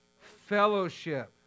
Fellowship